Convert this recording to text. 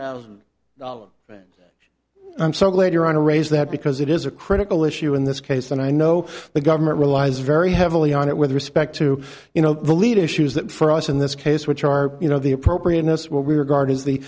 e i'm so glad you're on to raise that because it is a critical issue in this case and i know the government relies very heavily on it with respect to you know the lead issues that for us in this case which are you know the appropriateness what we regard as the